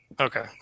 Okay